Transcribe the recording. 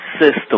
system